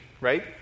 right